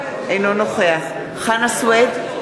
אינו נוכח חנא סוייד,